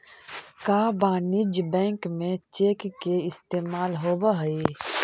का वाणिज्य बैंक में चेक के इस्तेमाल होब हई?